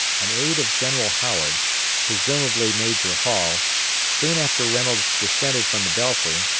an aide of general howard presumably major hall soon after reynolds descended from the belfry,